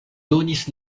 donis